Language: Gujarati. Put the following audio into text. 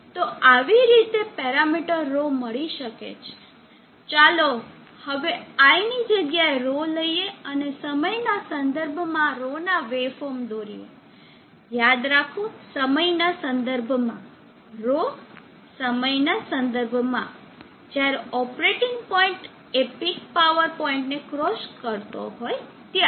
તો આવી રીતે પેરામીટર ρ મળી શકે છે ચાલો હવે I ની જગ્યાએ ρ લઈએ અને સમયના સંદર્ભમાં ρ ના વેવફોર્મ દોરીએ યાદ રાખો સમયના સંદર્ભમાં ρ સમયના સંદર્ભમાં જ્યારે ઓપરેટીંગ પોઇન્ટ એ પીક પાવરપોઈન્ટ ને ક્રોસ કરતો હોય ત્યારે